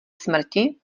smrti